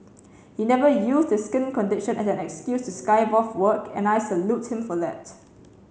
he never used his skin condition as an excuse to skive off work and I salute him for that